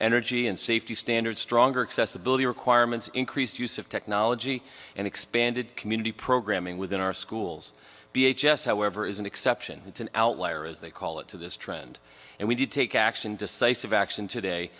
energy and safety standards stronger accessibility requirements increased use of technology and expanded community programming within our schools b h s however is an exception it's an outlier as they call it to this trend and we did take action decisive action today